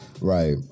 Right